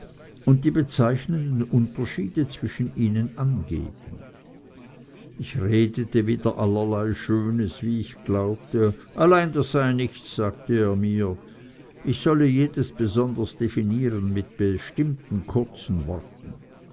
und die bezeichnenden unterschiede zwischen ihnen angeben ich redete wieder allerlei schönes wie ich glaubte allein das sei nichts sagte er mir ich solle jedes besonders definieren mit bestimmten kurzen worten